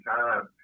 time